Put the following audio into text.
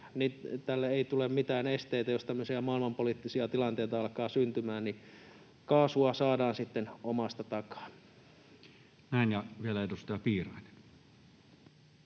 tälle ei tule mitään esteitä, ja jos tämmöisiä maailmanpoliittisia tilanteita alkaa syntymään, niin kaasua saadaan sitten omasta takaa. Näin. — Ja vielä edustaja Piirainen.